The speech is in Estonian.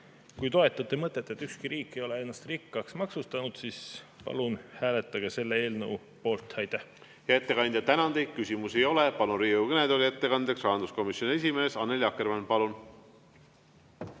kui toetate mõtet, et ükski riik ei ole ennast rikkaks maksustanud, siis palun hääletage selle eelnõu poolt. Aitäh! Hea ettekandja, tänan teid! Küsimusi ei ole. Palun Riigikogu kõnetooli ettekandeks, rahanduskomisjoni esimees Annely Akkermann! Palun!